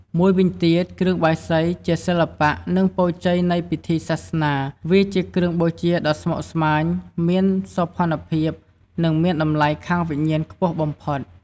មួយវិញទៀតគ្រឿងបាយសីជា សិល្បៈ និងពរជ័យនៃពិធីសាសនាវាជាគ្រឿងបូជាដ៏ស្មុគស្មាញ មានសោភ័ណភាព និងមានតម្លៃខាងវិញ្ញាណខ្ពស់បំផុត។